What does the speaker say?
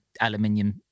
aluminium